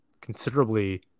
considerably